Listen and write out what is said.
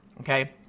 okay